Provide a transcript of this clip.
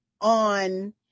on